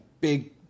big